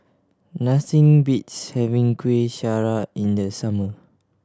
nothing beats having Kuih Syara in the summer